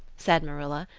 said marilla,